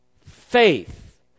faith